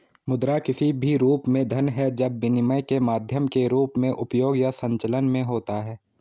मुद्रा किसी भी रूप में धन है जब विनिमय के माध्यम के रूप में उपयोग या संचलन में होता है